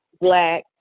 black